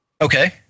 Okay